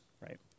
right